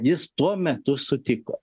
jis tuo metu sutiko